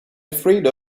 afraid